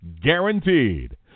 guaranteed